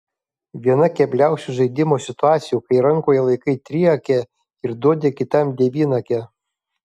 viena kebliausių žaidimo situacijų kai rankoje laikai triakę ir duoti kitam devynakę